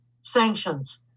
sanctions